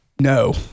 No